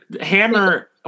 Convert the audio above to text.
Hammer